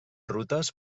rutes